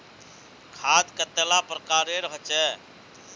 खाद कतेला प्रकारेर होचे?